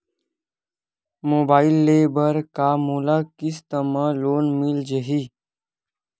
Mobile ले बर का मोला किस्त मा लोन मिल जाही?